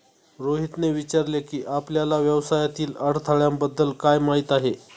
रोहितने विचारले की, आपल्याला व्यवसायातील अडथळ्यांबद्दल काय माहित आहे?